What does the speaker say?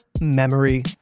memory